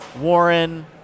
Warren